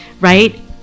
right